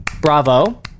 Bravo